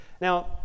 Now